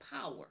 power